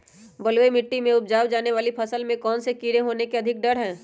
बलुई मिट्टी में उपजाय जाने वाली फसल में कौन कौन से कीड़े होने के अधिक डर हैं?